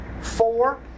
four